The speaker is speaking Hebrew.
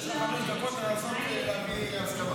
יש לכם חמש דקות לנסות להביא הסכמה.